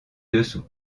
dessous